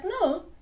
no